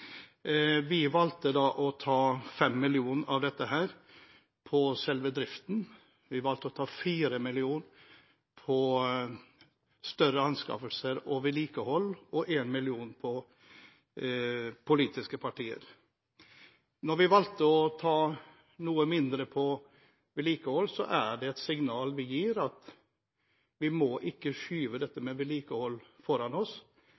Vi valgte å ta 5 mill. kr av dette fra selve driften. Vi valgte å ta 4 mill. kr fra større anskaffelser og vedlikehold og 1 mill. kr fra politiske partier. Når vi valgte å ta noe mindre fra vedlikehold, er det et signal vi gir, at vi må ikke skyve dette med vedlikehold foran oss,